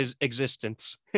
existence